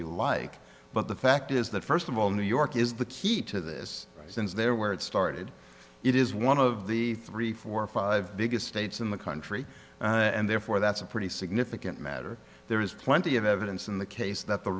you like but the fact is that first of all new york is the key to this since there where it started it is one of the three four or five biggest states in the country and therefore that's a pretty significant matter there is plenty of evidence in the case that the